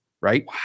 right